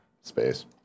Space